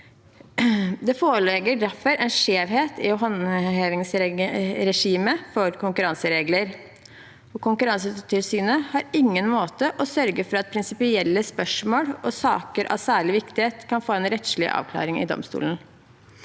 Det foreligger derfor en skjevhet i håndhevingsregimet for konkurranseregler, for Konkurransetilsynet har ingen måte å sørge for at prinsipielle spørsmål og saker av særlig viktighet kan få en rettslig avklaring i domstolene.